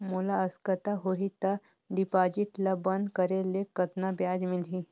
मोला आवश्यकता होही त डिपॉजिट ल बंद करे ले कतना ब्याज मिलही?